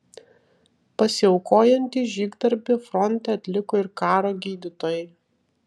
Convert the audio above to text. pasiaukojantį žygdarbį fronte atliko ir karo gydytojai